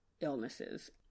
illnesses